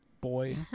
boy